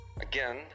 Again